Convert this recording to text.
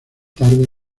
tarde